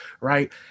right